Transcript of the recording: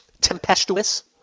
tempestuous